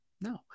No